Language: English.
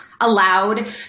allowed